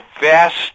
vast